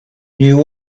knew